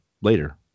later